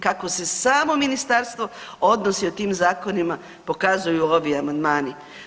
Kako se samo ministarstvo odnosi o tim zakonima pokazuju ovi amandmani.